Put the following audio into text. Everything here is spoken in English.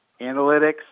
analytics